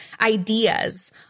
ideas